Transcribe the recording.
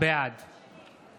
בעד